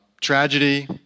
tragedy